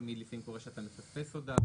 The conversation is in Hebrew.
לעתים קורה שאתה מפספס הודעה,